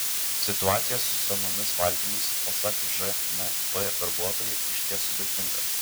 situacija su senomis valtimis pasak žnp darbuotojų išties sudėtinga